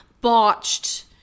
botched